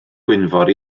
gwynfor